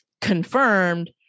confirmed